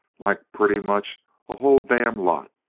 like pretty much a whole damned lot.